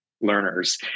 learners